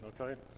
okay